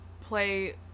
play